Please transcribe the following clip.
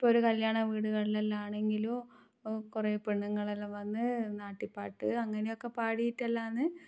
ഇപ്പോളൊ ര കല്യാണ വീടുകളിലെല്ലാമാണെങ്കിലും കുറേ പെണ്ണുങ്ങളെല്ലാം വന്ന് നാട്ടി പാട്ട് അങ്ങനെയൊക്കെ പാടീട്ടല്ലാന്ന്